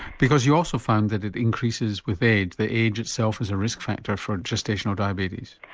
because you also found that it increases with age, that age itself is a risk factor for gestational diabetes?